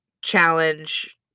challenge